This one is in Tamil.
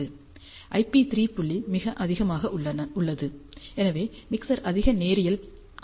ஐபி 3 புள்ளி மிக அதிகமாக உள்ளது எனவே மிக்சர் அதிக நேரியல் கொண்டிருக்கும்